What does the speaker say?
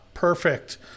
Perfect